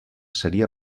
seria